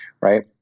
right